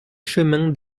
chemin